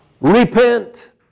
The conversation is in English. Repent